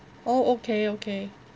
oh okay okay